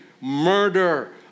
murder